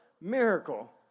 miracle